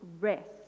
rest